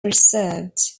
persevered